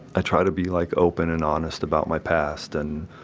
i try to be, like, open and honest about my past and